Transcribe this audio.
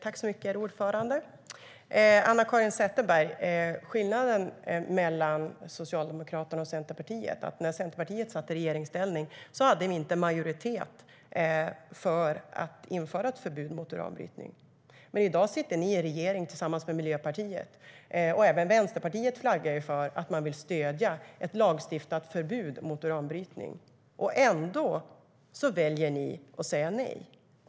Herr talman! Skillnaden mellan Socialdemokraterna och Centerpartiet, Anna-Caren Sätherberg, är att när Centerpartiet satt i regeringsställning hade ni inte majoritet för att införa ett förbud mot uranbrytning. I dag sitter ni i regering tillsammans med Miljöpartiet. Även Vänsterpartiet flaggar för att man vill stödja ett lagstiftat förbud mot uranbrytning. Ändå väljer ni att säga nej.